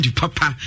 papa